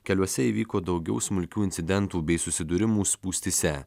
keliuose įvyko daugiau smulkių incidentų bei susidūrimų spūstyse